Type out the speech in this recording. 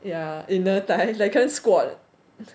ya inner thighs like can't squat